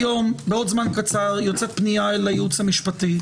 היום בעוד זמן קצר יוצאת פנייה אל הייעוץ המשפטי.